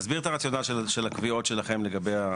תסביר את הרציונל של הקביעות שלכם לגבי ההיקפים.